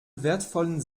wertvollen